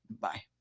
Bye